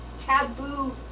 taboo